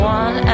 one